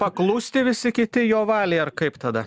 paklusti visi kiti jo valiai ar kaip tada